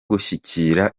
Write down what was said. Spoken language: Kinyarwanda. gushyigikira